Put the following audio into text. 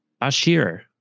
Ashir